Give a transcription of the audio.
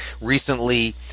Recently